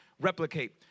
replicate